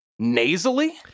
Nasally